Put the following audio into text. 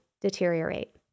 deteriorate